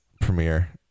premiere